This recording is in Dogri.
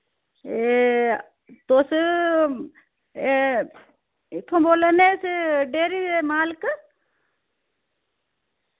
ए तुस ए इत्थोआं बोल्ला ने डेरी दे मालक